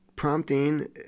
prompting